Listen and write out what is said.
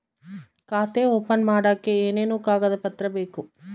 ಖಾತೆ ಓಪನ್ ಮಾಡಕ್ಕೆ ಏನೇನು ಕಾಗದ ಪತ್ರ ಬೇಕು?